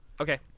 Okay